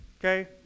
okay